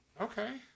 Okay